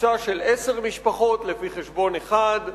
קבוצה של עשר משפחות לפי חשבון אחד,